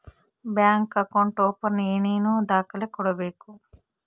Bank account open ಏನೇನು ದಾಖಲೆ ಕೊಡಬೇಕು?